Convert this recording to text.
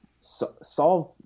solve